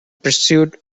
pursuit